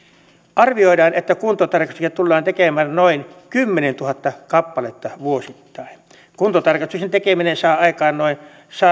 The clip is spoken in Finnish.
arvioidaan että kuntotarkastuksia tullaan tekemään noin kymmenentuhatta kappaletta vuosittain kuntotarkastusten tekeminen saa aikaan noin